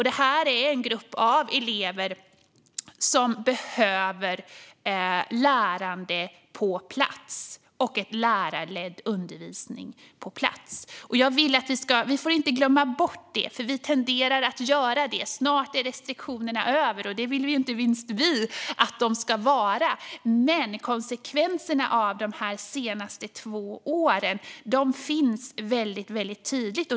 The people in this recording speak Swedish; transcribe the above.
Det här är en grupp av elever som behöver lärande på plats och lärarledd undervisning på plats. Vi får inte glömma bort det. Vi tenderar att göra det. Snart är restriktionerna över, och det vill ju inte minst vi att de ska vara, men konsekvenserna av de här senaste två åren är väldigt tydliga.